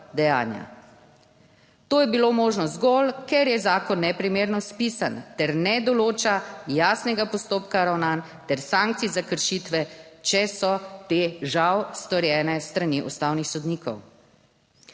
To je bilo možno zgolj, ker je zakon neprimerno spisan ter ne določa jasnega postopka ravnanj ter sankcij za kršitve, če so te žal storjene s strani ustavnih sodnikov.